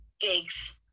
gigs